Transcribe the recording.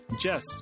Jess